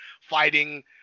fighting